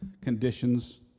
conditions